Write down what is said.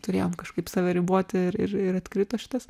turėjom kažkaip save riboti ir ir atkrito šitas